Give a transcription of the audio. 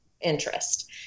interest